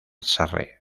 sarre